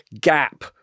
gap